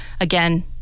again